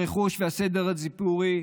הרכוש והסדר הציבורי,